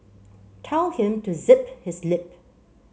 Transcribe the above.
tell him to zip his lip